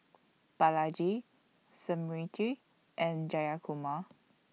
Balaji Smriti and Jayakumar